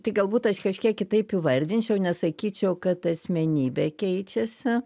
tik galbūt aš kažkiek kitaip įvardinčiau nesakyčiau kad asmenybė keičiasi